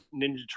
Ninja